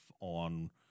on